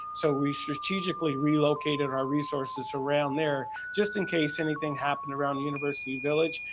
so we strategically relocated our resources around there, just in case anything happened around university village.